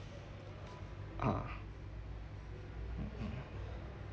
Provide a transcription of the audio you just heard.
ah mm mm